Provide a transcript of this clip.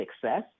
success